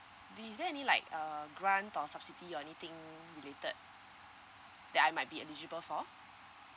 the is there any like uh grant or subsidy or anything related that I might be eligible for